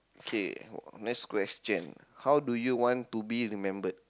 okay next question how do you want to be remembered